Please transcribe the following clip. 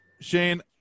Shane